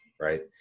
right